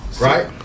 Right